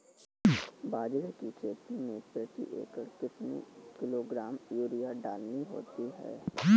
बाजरे की खेती में प्रति एकड़ कितने किलोग्राम यूरिया डालनी होती है?